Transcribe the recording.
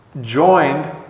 joined